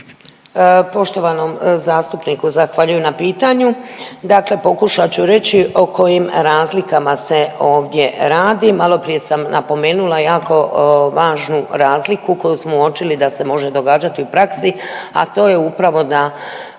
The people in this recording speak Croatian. Poštovanom zastupniku zahvaljujem na pitanju. Dakle, pokušat ću reći o kojim razlikama se ovdje radi. Malo sam prije napomenula jako važnu razliku koju smo uočili da se može događati u praksi, a to je upravo da